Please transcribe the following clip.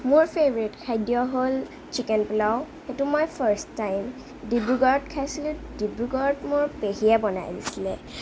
মোৰ ফেভৰেট খাদ্য হ'ল চিকেন পোলাও সেইটো মই ফাৰ্ষ্ট টাইম ডিব্ৰুগড়ত খাইছিলোঁ ডিব্ৰুগড়ত মোৰ পেহীয়ে বনাই আনিছিলে